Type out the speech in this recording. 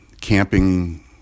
camping